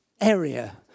area